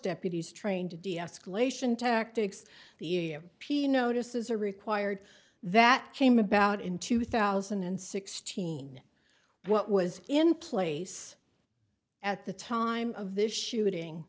deputies trained to deescalation tactics the m p notices are required that came about in two thousand and sixteen what was in place at the time of this shooting